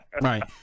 Right